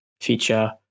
feature